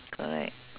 correct